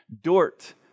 Dort